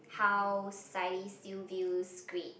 how society still views grade